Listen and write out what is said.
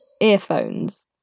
earphones